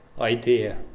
idea